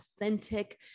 authentic